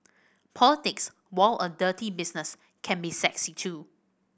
politics while a dirty business can be sexy too